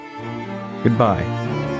goodbye